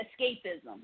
escapism